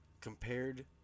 compared